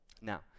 Now